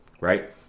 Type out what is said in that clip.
Right